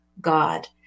God